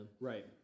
right